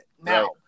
now